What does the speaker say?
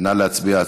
נא להצביע.